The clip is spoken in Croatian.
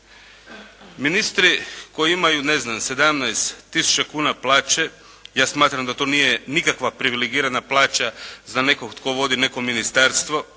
Ministri koji imaju ne znam 17000 kuna plaće, ja smatram da to nije nikakva privilegirana plaća za nekog tko vodi neko ministarstvo